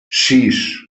sis